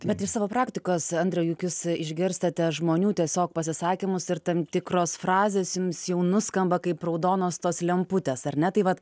bet iš savo praktikos andriau juk jūs išgirstate žmonių tiesiog pasisakymus ir tam tikros frazės jums jau nuskamba kaip raudonos tos lemputės ar ne tai vat